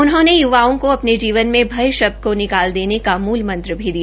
उन्होंने युवाओं को अपने जीवन में भय शब्द की निकाल देने का मूल मंत्र भी दिया